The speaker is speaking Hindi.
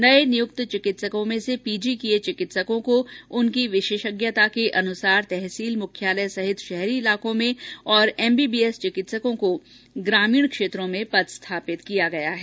नये नियुक्त चिकित्सकों में से पीजी किए चिकित्सकों को उनकी विशेषज्ञता के अनुसार तहसील मुख्यालय सहित शहरी क्षेत्रो में तथा एमबीबीएस चिकित्सकों को ग्रामीण क्षेत्रों में पदस्थापित किया गया है